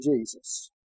Jesus